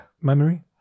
Memory